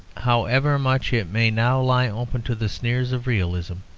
however much it may now lie open to the sneers of realism,